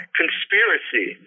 conspiracy